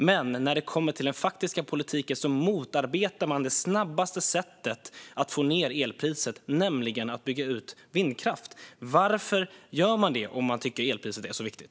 Men när det kommer till den faktiska politiken motarbetar man det snabbaste sättet att få ned elpriset, nämligen att bygga ut vindkraft. Varför gör man det om man tycker att elpriset är så viktigt?